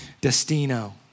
Destino